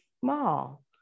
small